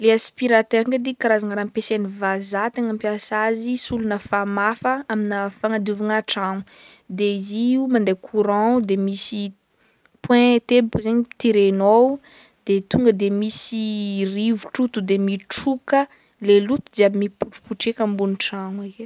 Le aspiratera ndraiky edy karazagna raha ampiasan'ny vazaha tegna mampiasa azy, solona famafa amina fagnadiovagna tragno, de izy io mande courant o de misy point teboka zegny tirenao de tonga de misy rivotro to'de mitroka le loto jiaby mipotripotreka ambony trano akeo.